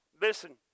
Listen